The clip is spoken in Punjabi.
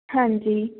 ਹਾਂਜੀ